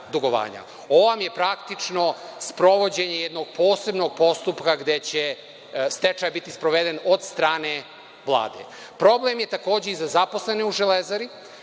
Ovo vam je praktično sprovođenje jednog posebnog postupka, gde će stečaj biti sproveden od strane Vlade. Problem je takođe i za zaposlene u „Železari“.